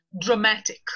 dramatic